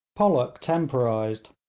pollock temporised,